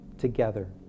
together